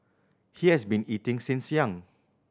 he has been eating since young